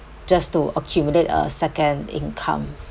just to accumulate a second income